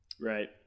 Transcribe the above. Right